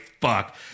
Fuck